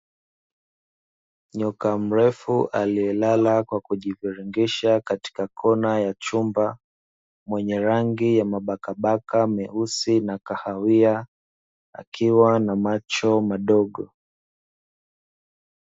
Nyoka mrefu aliyelala kwa kujiviringisha katika kona ya chumba, mwenye rangi ya mabakabaka meusi na kahawia akiwa na macho madogo.